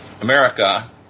America